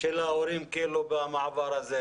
של ההורים במעבר הזה?